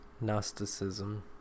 Gnosticism